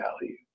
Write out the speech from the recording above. value